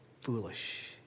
foolish